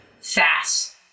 fast